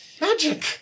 magic